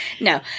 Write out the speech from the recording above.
No